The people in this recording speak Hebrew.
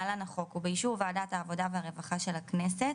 (להלן החוק) ובאישור וועדת העבודה והרווחה של הכנסת,